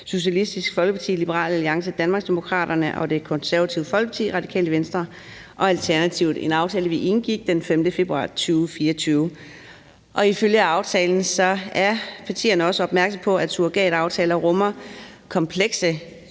Socialistisk Folkeparti, Liberal Alliance, Danmarksdemokraterne og Det Konservative Folkeparti, Radikale Venstre og Alternativet. Det er en aftale, vi indgik den 5. februar 2024, og ifølge aftalen er partierne også opmærksomme på, at surrogataftaler rummer komplekse